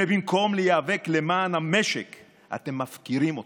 ובמקום להיאבק למען המשק אתם מפקירים אותו.